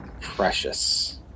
Precious